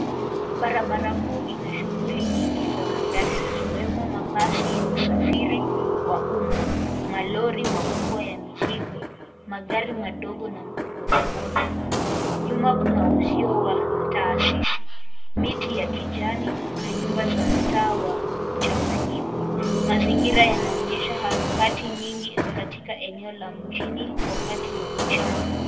Barbara kuu ina shughuli nyinyi za magari ikiwemo mabasi ya usafiri wa uma ,malori makubwa ya mizingo, magari madogo na bodaboda. Nyuma kuna uzio la taasisi miti ya kijani na nyuma za mtaa wa mchanganyiko. Mazingira yanaonyesha harakati nyingi katika eneo la mjini wakati WA mchana.